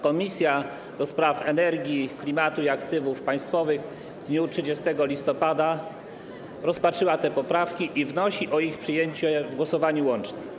Komisja do Spraw Energii, Klimatu i Aktywów Państwowych w dniu 30 listopada br. rozpatrzyła te poprawki i wnosi o ich przyjęcie w głosowaniu łącznym.